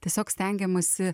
tiesiog stengiamasi